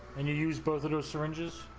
and use both of those syringes